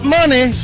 money